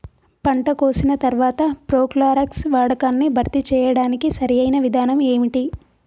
పంట కోసిన తర్వాత ప్రోక్లోరాక్స్ వాడకాన్ని భర్తీ చేయడానికి సరియైన విధానం ఏమిటి?